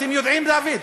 אתם יודעים, דוד,